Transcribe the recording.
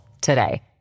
today